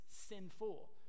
sinful